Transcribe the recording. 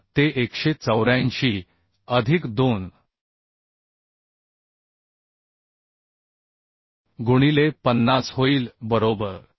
तर ते 184 अधिक 2 गुणिले 50 होईल बरोबर